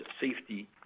safety